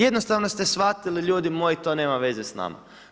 Jednostavno ste shvatili, ljudi moji to nema veze s nama.